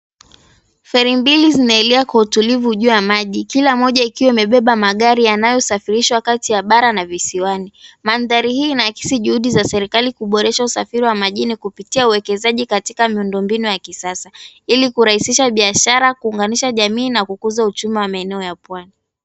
Feri mbili zinaelea kwa utulivu juu ya maji, kila moja ikiwa imebeba magari yanayosafirishwa kati ya bara na visiwani. Manthari hii inaakisi juhudi za serikali kuboresha usafiri wa majini kupitia uwekezaji katika miundombinu ya kisasa ili kurahisisha biashara, kuunganisha jamii, na kukuza uchumi wa maeneo ya pwani.